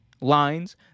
lines